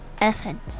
elephant